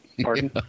Pardon